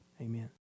Amen